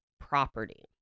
property